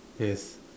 yes